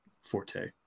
forte